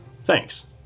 Thanks